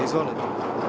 Izvolite.